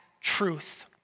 truth